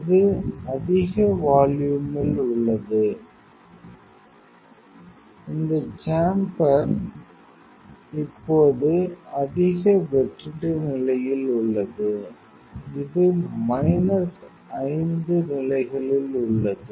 இது அதிக வால்யூம்ல் உள்ளது இந்த சேம்பேர் இப்போது அதிக வெற்றிட நிலையில் உள்ளது இது மைனஸ் 5 நிலைகளில் உள்ளது